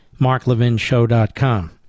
marklevinshow.com